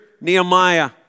Nehemiah